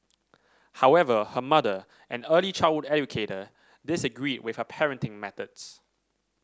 however her mother an early childhood educator disagreed with her parenting methods